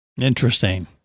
Interesting